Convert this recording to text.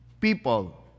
people